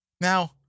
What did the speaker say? Now